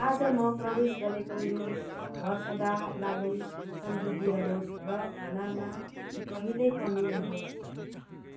आज म प्रवेश गरेको यो घर सदाका लागि समृद्ध रहोस् र खानामा कहिले कमी नहोस्